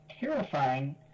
terrifying